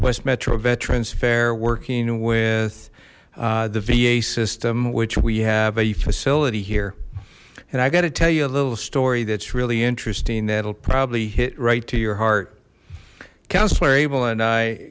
west metro veterans fair working with the va system which we have a facility here and i got to tell you a little story that's really interesting that'll probably hit right to your heart counselor abel and i